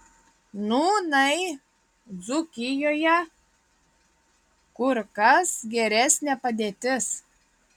nūnai dzūkijoje kur kas geresnė padėtis